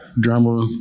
drummer